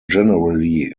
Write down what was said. generally